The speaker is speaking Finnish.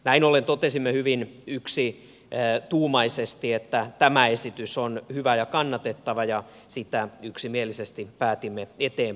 näin ollen totesimme hyvin yksituumaisesti että tämä esitys on hyvä ja kannatettava ja sitä yksimielisesti päätimme eteenpäin viedä